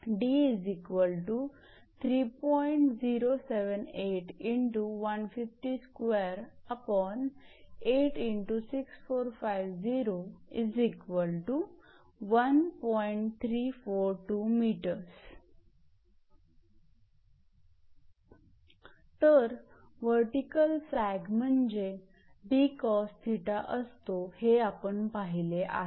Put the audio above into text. तर vertical sag म्हणजे 𝑑cos𝜃 असतो हे आपण पाहिले आहे